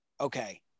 okay